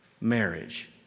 Marriage